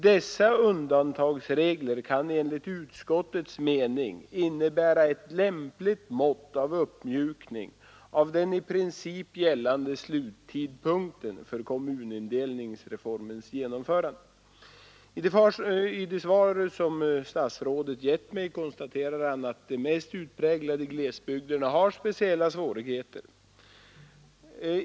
Dessa undantagsregler kan enligt utskottets mening innebära ett lämpligt mått av uppmjukning av den i princip gällande sluttidpunkten för kommunindelningsreformens genomförande.” I det svar som statsrådet gett mig konstaterar han, att de mest utpräglade glesbygderna har speciella svårigheter.